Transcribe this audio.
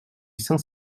saint